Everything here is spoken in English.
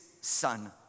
son